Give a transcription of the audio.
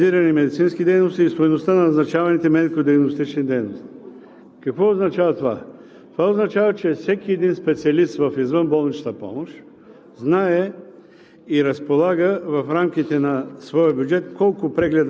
броя на назначенията за специализирани медицински дейности и стойността на назначаваните медико-диагностични дейности. Какво означава това? Това означава, че всеки един специалист в извънболничната помощ знае